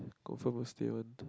confirm will stay one